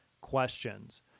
questions